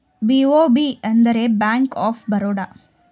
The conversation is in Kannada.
ಬಿ.ಒ.ಬಿ ಅಂದರೆ ಬ್ಯಾಂಕ್ ಆಫ್ ಬರೋಡ